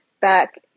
back